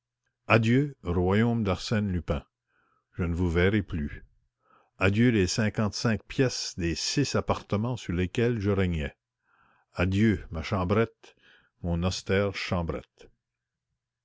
adieu royaume d'arsène lupin adieu les cinquante-cinq pièces des six appartements sur lesquels je régnais adieu ma chambrette mon austère chambrette